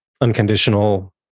unconditional